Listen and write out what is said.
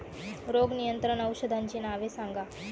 रोग नियंत्रण औषधांची नावे सांगा?